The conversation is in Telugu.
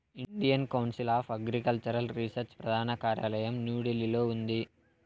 Indian council of agricultural research ప్రధాన కార్యాలయం న్యూఢిల్లీలో ఉంది